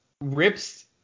Rips